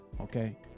okay